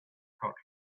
caught